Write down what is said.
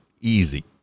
easy